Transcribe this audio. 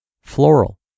floral